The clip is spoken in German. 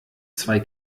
zwei